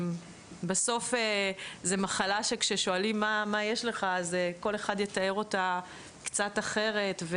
בסוף זו מחלה שכששואלים מה יש לך אז כל אחד יתאר אותה קצת אחרת,